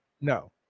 No